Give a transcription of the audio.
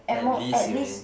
at more at least